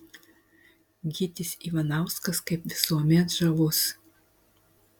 gytis ivanauskas kaip visuomet žavus